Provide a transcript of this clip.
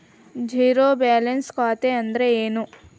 Zero balance ಖಾತೆ ಅಂದ್ರೆ ಏನು?